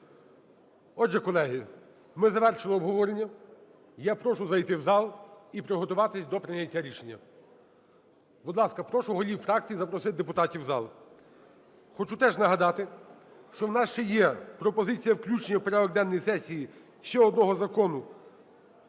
Отже, колеги, ми завершили обговорення. Я прошу зайти в зал і приготуватись до прийняття рішення. Будь ласка, прошу голів фракцій запросити депутатів в зал. Хочу теж нагадати, що у нас ще є пропозиція включення в порядок денний сесії ще одного закону